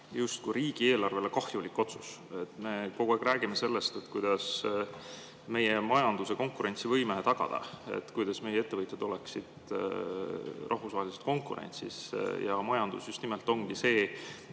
justkui riigieelarvele kahjulik otsus. Me kogu aeg räägime sellest, kuidas meie majanduse konkurentsivõime tagada, kuidas meie ettevõtjad oleksid rahvusvahelises konkurentsis. Ja majandus just nimelt ongi see,